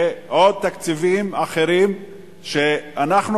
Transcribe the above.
ועוד תקציבים אחרים שאנחנו,